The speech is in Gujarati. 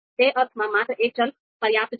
તે અર્થમાં માત્ર એક ચલ પર્યાપ્ત છે